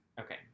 Okay